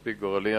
מספיק גורלי,